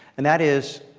and that is,